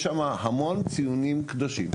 יש שם המון ציונים קדושים.